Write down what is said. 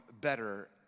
better